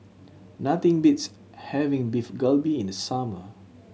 nothing beats having Beef Galbi in the summer